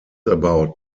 about